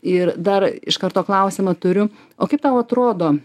ir dar iš karto klausimą turiu o kaip tau atrodo